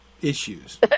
issues